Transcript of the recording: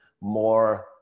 more